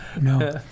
No